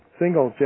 single